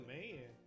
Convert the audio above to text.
man